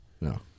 No